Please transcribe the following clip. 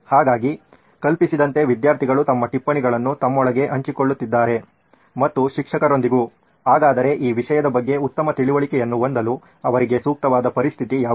ಹಾಗಾಗಿ ಕಲ್ಪಿಸಿದಂತೆ ವಿದ್ಯಾರ್ಥಿಗಳು ತಮ್ಮ ಟಿಪ್ಪಣಿಗಳನ್ನು ತಮ್ಮೊಳಗೆ ಹಂಚಿಕೊಳ್ಳುತ್ತಿದ್ದಾರೆ ಮತ್ತು ಶಿಕ್ಷಕರೊಂದಿಗೂ ಹಾಗಾದರೆ ಈ ವಿಷಯದ ಬಗ್ಗೆ ಉತ್ತಮ ತಿಳುವಳಿಕೆಯನ್ನು ಹೊಂದಲು ಅವರಿಗೆ ಸೂಕ್ತವಾದ ಪರಿಸ್ಥಿತಿ ಯಾವುದು